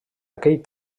aquell